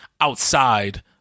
outside